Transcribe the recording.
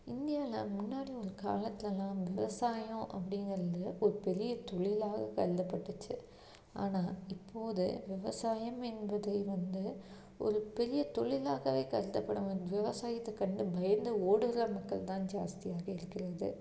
இந்தியாவில் முன்னாடி ஒரு காலத்துலலாம் விவசாயம் அப்படிங்கிறது ஒரு பெரிய தொழிலாக கருதப்பட்டுச்சு ஆனால் இப்போது விவசாயம் என்பது வந்து ஒரு பெரிய தொழிலாகவே கருதப்படும் விவசாயத்தை கண்டு பயந்து ஓடுகிற மக்கள் தான் ஜாஸ்தியாக இருக்கிறது